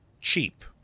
cheap